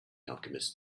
alchemist